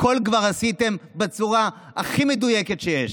הכול כבר עשיתם בצורה הכי מדויקת שיש,